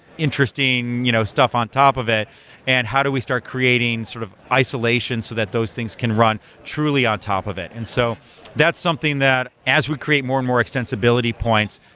interesting you know stuff on top of it and how do we start creating sort of isolation so that those things can run truly on top of it? and so that's something that as we create more and more extensibility points,